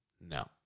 No